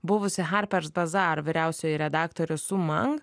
buvusi harpers pezar vyriausioji redaktorė su mang